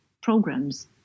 programs